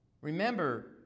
Remember